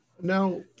Now